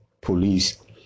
police